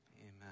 Amen